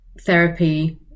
therapy